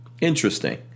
Interesting